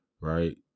right